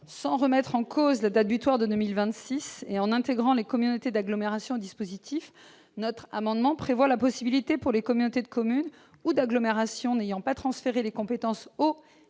Sans remettre en cause la date butoir de 2026 et en intégrant les communautés d'agglomération au dispositif, il s'agit de prévoir la possibilité pour les communautés de communes ou les communautés d'agglomération n'ayant pas transféré les compétences «